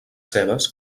cebes